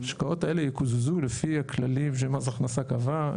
ההשקעות האלה יקוזזו לפי הכללים שמס הכנסה קבע.